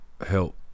help